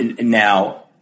Now